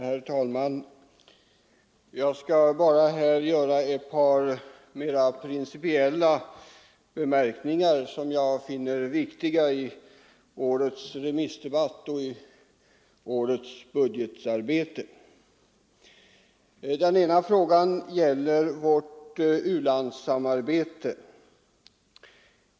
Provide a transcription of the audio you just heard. Herr talman! Jag skall bara göra ett par mera principiella bemärkningar i några frågor som jag finner viktiga i årets remissdebatt och i årets budgetarbete. Den första gäller vårt u-landssamarbete.